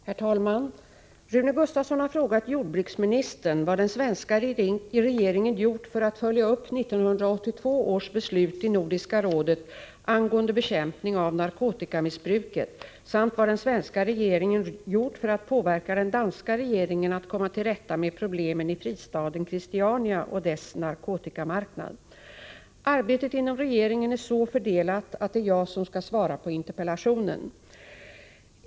Herr talman! Rune Gustavsson har frågat jordbruksministern vad den svenska regeringen gjort för att följa upp 1982 års beslut i Nordiska rådet angående bekämpningen av narkotikamissbruket samt vad den svenska regeringen gjort för att påverka den danska regeringen att komma till rätta med problemen i fristaden Christiania och dess narkotikamarknad. Arbetet inom regeringen är så fördelat att det är jag som skall svara på interpellationen.